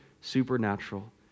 supernatural